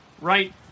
Right